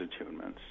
attunements